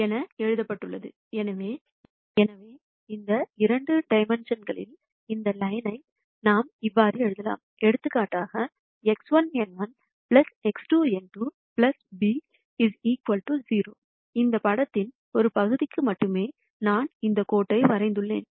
என எழுதப்பட்டுள்ளது எனவே இந்த இரண்டு டைமென்ஷன்ங்களில் இந்த லைன்யை நாம் இவ்வாறு எழுதலாம் எடுத்துக்காட்டாக X1 n1 X2 n2 b 0 இந்த படத்தின் ஒரு பகுதிக்கு மட்டுமே நான் இந்த கோட்டை வரைந்துள்ளேன்